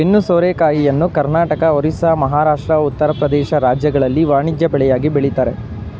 ಬೆನ್ನು ಸೋರೆಕಾಯಿಯನ್ನು ಕರ್ನಾಟಕ, ಒರಿಸ್ಸಾ, ಮಹಾರಾಷ್ಟ್ರ, ಉತ್ತರ ಪ್ರದೇಶ ರಾಜ್ಯಗಳಲ್ಲಿ ವಾಣಿಜ್ಯ ಬೆಳೆಯಾಗಿ ಬೆಳಿತರೆ